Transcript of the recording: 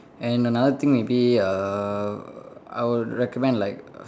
and another thing maybe uh I would recommend like